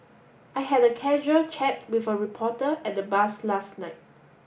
I had a casual chat with a reporter at the bus last night